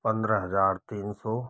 पंद्रह हज़ार तीन सौ